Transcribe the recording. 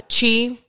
chi